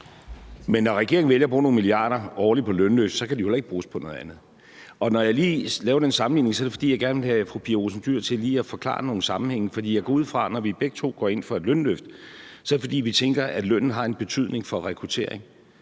Men når regeringen vælger at bruge nogle milliarder kroner årligt på lønløft, kan de jo heller ikke bruges på noget andet. Og når jeg lige laver den sammenligning, er det jo, fordi jeg gerne vil have fru Pia Olsen Dyhr til lige at forklare nogle sammenhænge. For jeg går ud fra, at når vi begge to går ind for et lønløft, er det, fordi vi tænker, at lønnen har en betydning for rekruttering.